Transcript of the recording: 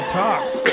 talks